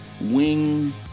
Wing